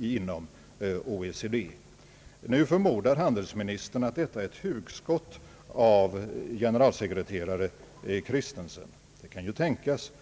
inom OECD. Nu förmodar handelsministern att det här är fråga om ett hugskott av generalsekreterare Kristensen. Det kan ju tänkas.